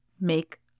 make